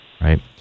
right